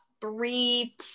three